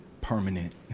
permanent